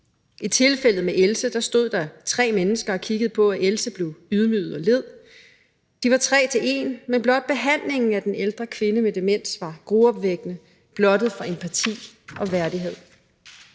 I tilfældet med Else stod der tre mennesker og kiggede på, at Else led og blev ydmyget. De var tre om en, men behandlingen af den ældre kvinde med demens var gruopvækkende og blottet for empati og værdighed.